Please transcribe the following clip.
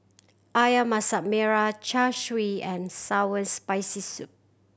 Ayam Masak Merah Char Siu and sour Spicy Soup